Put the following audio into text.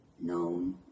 known